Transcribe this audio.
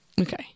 Okay